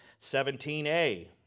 17a